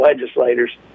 legislators